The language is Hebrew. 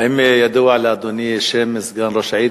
האם ידוע לאדוני שם סגן ראש העיר?